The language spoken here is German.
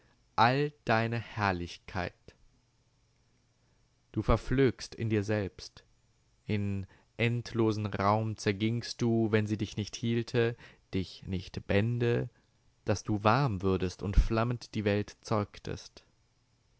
all deine herrlichkeit du verflögst in dir selbst in endlosen raum zergingst du wenn sie dich nicht hielte dich nicht bände daß du warm würdest und flammend die welt zeugtest